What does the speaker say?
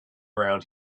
around